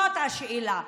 זאת השאלה.